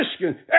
Michigan